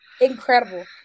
incredible